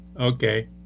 Okay